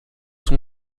son